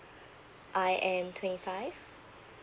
I am twenty five